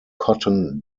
cotton